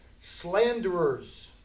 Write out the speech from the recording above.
Slanderers